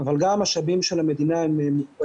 אבל גם משאבים של מדינה הם מוגבלים,